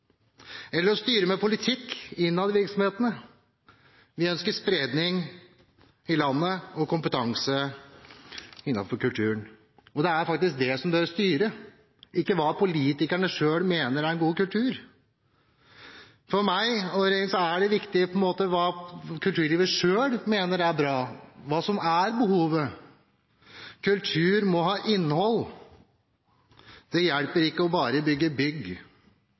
eller ved å styre politisk innad i virksomhetene. Vi ønsker spredning i landet og kompetanse innenfor kulturen. Det er faktisk det som er å styre, ikke hva politikerne selv mener er god kultur. For meg og regjeringen er det viktig hva kulturlivet selv mener er bra, og hva som er behovet. Kultur må ha innhold. Det hjelper ikke bare å reise bygg